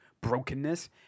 brokenness